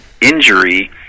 injury